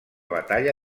batalla